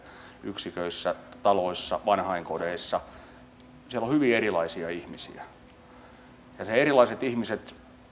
yksiköissä taloissa vanhainkodeissa on hyvin erilaisia ihmisiä ja ne erilaiset ihmiset